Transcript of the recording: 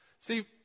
See